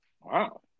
Wow